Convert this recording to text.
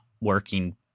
working